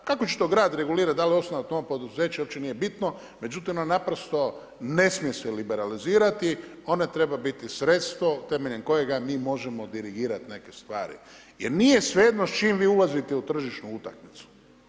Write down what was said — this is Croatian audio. Kako će to grad regulirat dal osnovati novo poduzeće, uopće nije bitno, međutim naprosto ne smije se liberalizirati, ona treba biti sredstvo temeljem kojega mi možemo dirigirati neke stvari jer nije svejedno s čim vi ulazite u tržišnu utakmicu.